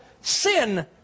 Sin